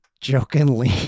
jokingly